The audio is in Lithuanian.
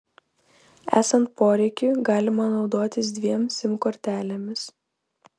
esant poreikiui galima naudotis dviem sim kortelėmis